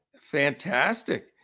Fantastic